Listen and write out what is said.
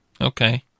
Okay